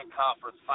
Conference